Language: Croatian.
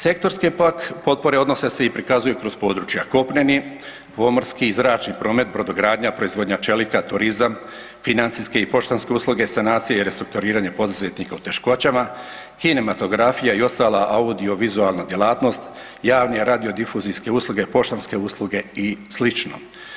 Sektorske pak potpore odnose se i prikazuju kroz područja kopnenih, pomorskih, zračni promet, brodogradnja, proizvodnja čelika, turizam, financijske i poštanske usluge, sanacije i restrukturiranje poduzetnika u teškoćama, kinematografija i ostala audio vizualna djelatnost, javne radio difuzijske usluge, poštanske usluge i slično.